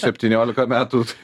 septyniolika metų tai